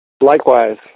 Likewise